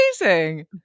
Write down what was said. amazing